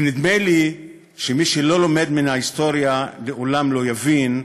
ונדמה לי שמי שלא לומד מן ההיסטוריה לעולם לא יבין,